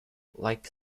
like